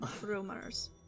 rumors